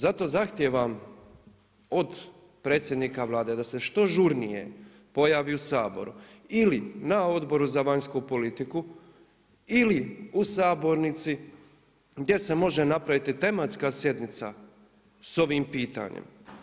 Zato zahtijevam od predsjednika Vlade da se što žurnije pojavio u Saboru ili na Odboru za vanjsku politiku ili u sabornici gdje se može napraviti tematska sjednica sa ovim pitanjem.